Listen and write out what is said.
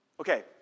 Okay